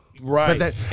Right